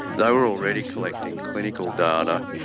they were already collecting clinical data.